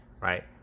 right